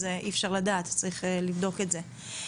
אז אי אפשר לדעת וצריך לבדוק את זה.